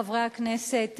חברי חברי הכנסת,